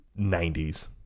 90s